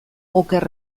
oker